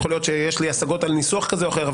יכול להיות שיש לי השגות על ניסוח כזה או אחר,